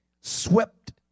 swept